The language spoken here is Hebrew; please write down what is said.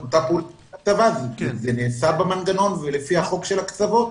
זה נעשה במנגנון ולפי החוק של הקצבות,